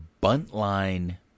Buntline